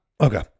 Okay